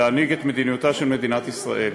להנהיג את מדיניותה של מדינת ישראל.